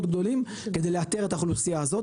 גדולים כדי לאתר את האוכלוסייה הזאת.